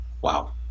Wow